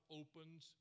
opens